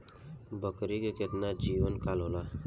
बकरी के केतना जीवन काल होला?